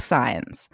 Science